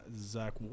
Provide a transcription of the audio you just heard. Zach